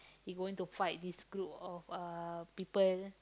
he going to fight this group of uh people